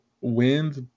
wins